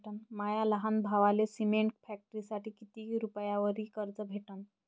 माया लहान भावाले सिमेंट फॅक्टरीसाठी कितीक रुपयावरी कर्ज भेटनं?